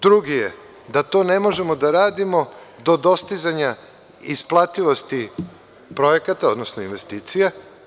Drugi je da to ne možemo da radimo do dostizanja isplativosti projekata, odnosno investicija.